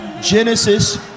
Genesis